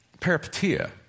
peripatia